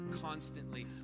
constantly